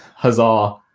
Huzzah